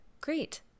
great